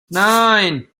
nine